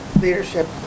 leadership